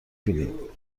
بینید